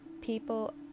people